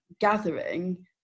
gathering